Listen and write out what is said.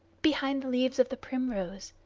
behind the leaves of the primrose.